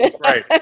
right